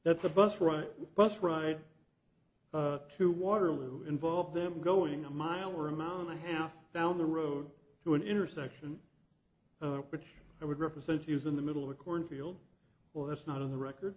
that the bus right bus right up to waterloo involve them going a mile or amount a half down the road to an intersection which i would represent to use in the middle of a cornfield well that's not in the record